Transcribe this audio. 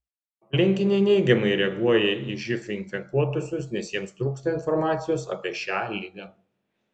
aplinkiniai neigiamai reaguoja į živ infekuotuosius nes jiems trūksta informacijos apie šią ligą